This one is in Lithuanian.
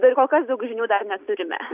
ir kol kas daugiau žinių dar neturime